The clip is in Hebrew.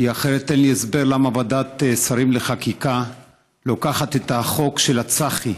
כי אחרת אין לי הסבר למה ועדת השרים לחקיקה לוקחת את החוק של צח"י,